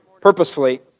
purposefully